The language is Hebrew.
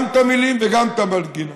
גם את המילים וגם את המנגינה.